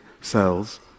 cells